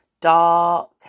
dark